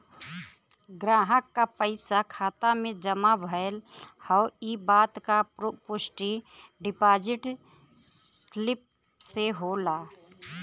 ग्राहक क पइसा खाता में जमा भयल हौ इ बात क पुष्टि डिपाजिट स्लिप से होला